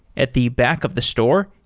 at the back of the store,